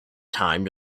time